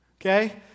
Okay